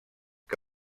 que